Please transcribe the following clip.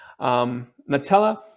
Nutella